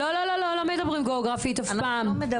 לא נכנסים לגיאוגרפיה אף פעם,